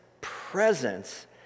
presence